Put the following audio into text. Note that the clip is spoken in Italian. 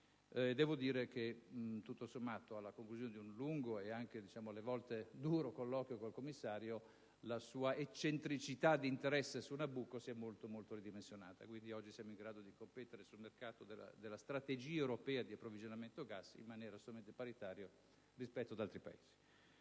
Devo dire che, tutto sommato, a conclusione di un lungo, e a volte anche duro, colloquio con il commissario, la sua eccentricità di interesse per il Nabucco si è molto ridimensionata. Quindi, oggi siamo in grado di competere nell'ambito delle strategie europee di approvvigionamento del gas in maniera assolutamente paritaria rispetto agli altri Paesi.